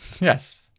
Yes